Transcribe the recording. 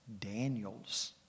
Daniels